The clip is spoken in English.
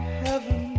heaven